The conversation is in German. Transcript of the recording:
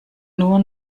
nur